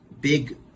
big